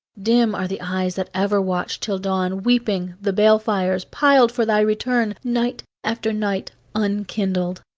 dim are the eyes that ever watched till dawn, weeping, the bale-fires, piled for thy return, night after night unkindled.